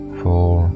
four